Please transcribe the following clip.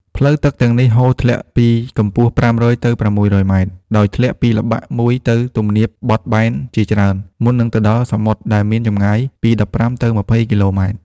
ផ្លូវទឹកទាំងនេះហូរធ្លាក់ពីកម្ពស់ ៥០០ ទៅ ៦០០ ម៉ែត្រ ដោយធ្លាក់ពីល្បាក់មួយទៅទំនាបបត់បែនជាច្រើន មុននឹងទៅដល់សមុទ្រដែលមានចម្ងាយពី ១៥ ទៅ ២០ គីឡូម៉ែត្រ។